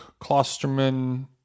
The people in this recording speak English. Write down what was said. Klosterman